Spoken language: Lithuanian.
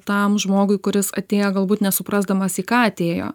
tam žmogui kuris atėjo galbūt nesuprasdamas į ką atėjo